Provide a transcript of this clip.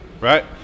Right